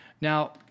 Now